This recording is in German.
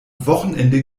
wochenende